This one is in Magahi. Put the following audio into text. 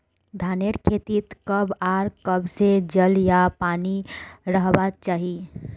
धानेर खेतीत कब आर कब से जल या पानी रहबा चही?